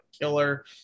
killer